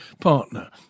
partner